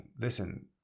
listen